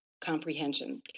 comprehension